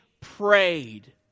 prayed